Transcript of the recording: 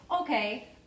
okay